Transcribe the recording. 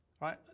Right